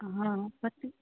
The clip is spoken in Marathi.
हा क ते